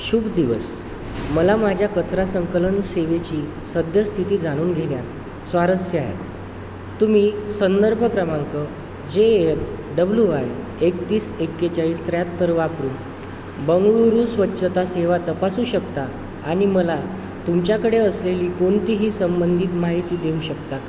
शुभ दिवस मला माझ्या कचरा संकलन सेवेची सद्यस्थिती जाणून घेण्यात स्वारस्य आहे तुम्ही संदर्भ क्रमांक जे एफ डब्ल्यू वाय एकतीस एक्केचाळीस त्र्याहत्तर वापरून बंगळूरू स्वच्छता सेवा तपासू शकता आणि मला तुमच्याकडे असलेली कोणतीही संबंधित माहिती देऊ शकता